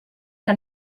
que